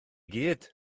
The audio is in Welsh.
gyd